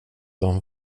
dem